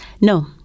No